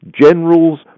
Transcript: generals